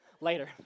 Later